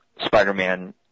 Spider-Man